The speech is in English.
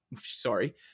sorry